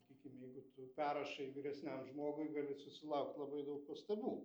sakykim jeigu tu perrašai vyresniam žmogui gali susilaukt labai daug pastabų